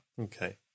Okay